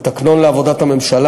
לתקנון לעבודת הממשלה,